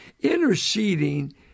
Interceding